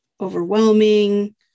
overwhelming